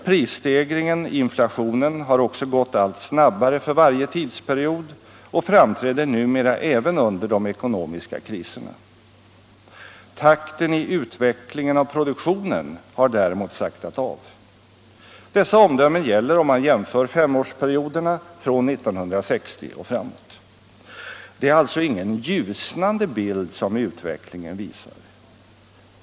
Prisstegringen, inflationen har också gått allt snabbare för varje tidsperiod och framträder numera även under de ekonomiska kriserna. Takten i utvecklingen av produktionen har däremot saktat av. Dessa omdömen gäller om man jämför femårsperioderna från 1960 och framåt. Det är alltså ingen ljusnande bild som utvecklingen visar.